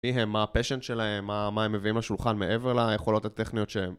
מה הפשן שלהם, מה הם מביאים לשולחן מעבר ליכולות הטכניות שלהם